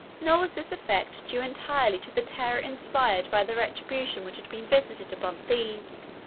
nor was this effect due entirely to the terror inspired by the retribution which had been visited upon thebes.